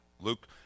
Luke